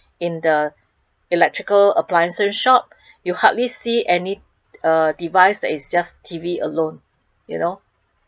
in the electrical appliances shop you hardly see any uh device that is just T_V alone you know